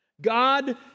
God